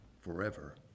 forever